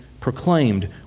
proclaimed